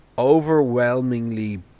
Overwhelmingly